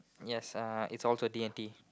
yes uh it's all to D-and-T